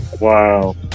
Wow